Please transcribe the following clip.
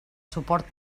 suport